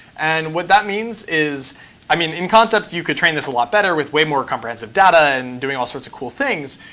and what that means is i mean in concept, you could train this a lot better with way more comprehensive data and doing all sorts of cool things.